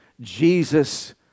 Jesus